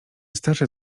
starsze